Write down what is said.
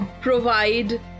provide